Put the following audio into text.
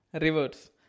rivers